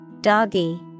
Doggy